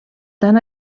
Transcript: tan